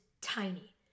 tiny